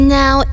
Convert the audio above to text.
now